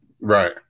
right